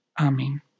Amen